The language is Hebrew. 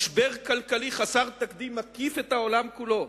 משבר כלכלי חסר תקדים מקיף את העולם כולו